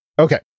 Okay